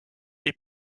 est